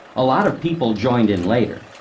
a lot of people joined in later.